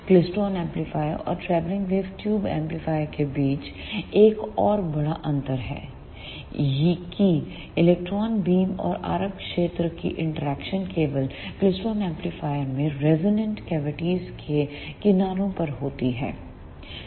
klystron amplifier और travelling wave tube amplifier के बीच एक और बड़ा अंतर यह है कि इलेक्ट्रो बीम और RF क्षेत्र की इंटरैक्शन केवल क्लेस्ट्रॉन एम्पलीफायर में रेजोनेंट कैविटीज़ के किनारों पर होती है